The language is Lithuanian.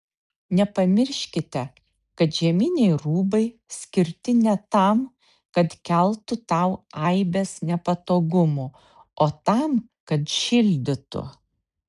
nepamirškite kad žieminiai rūbai skirti ne tam kad keltų tau aibes nepatogumų o tam kad šildytų